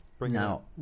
Now